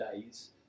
days